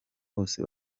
bose